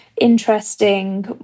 interesting